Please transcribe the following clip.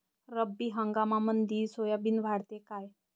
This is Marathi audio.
रब्बी हंगामामंदी सोयाबीन वाढते काय?